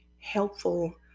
helpful